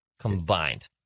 combined